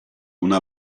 una